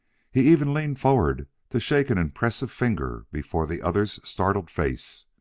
he even leaned forward to shake an impressive finger before the other's startled face.